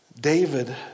David